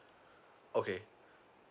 okay